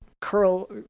curl